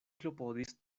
klopodis